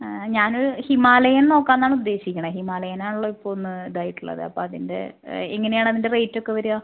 ഞാനൊരു ഹിമാലയൻ നോക്കാന്നാണുദ്ദേശിയ്ക്കുന്നത് ഹിമാലയനാണല്ലൊ ഇപ്പോന്ന് ഇതായിട്ടുള്ളത് അപ്പം അതിൻ്റെ എങ്ങനെയാണതിൻ്റെ റേയ്റ്റക്കെ വരുക